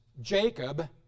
Jacob